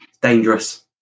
Dangerous